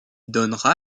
donnera